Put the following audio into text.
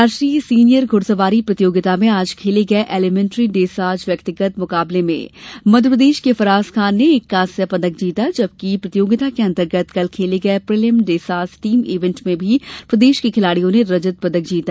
राष्ट्रीय सीनियर घुड़सवारी प्रतियोगिता में आज खेले गए एलीमेन्ट्री डेसाज व्यक्तिगत मुकाबले में मध्यप्रदेश के फराज खान ने एक कांस्य पदक जीता जबकि प्रतियोगिता के अंतर्गत कल खेले गए प्रिलिम डेसाज टीम इवेन्ट में भी प्रदेश के खिलाड़ियों ने रजत पदक जीता